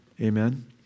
amen